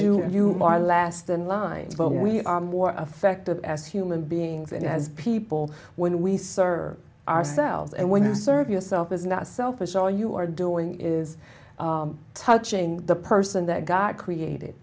you are less than lines but we are more affective as human beings and as people when we serve ourselves and when you serve yourself is not selfish all you are doing is touching the person that god created